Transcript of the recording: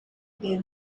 quede